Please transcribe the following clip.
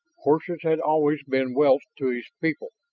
horses had always been wealth to his people.